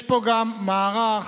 יש פה גם מערך,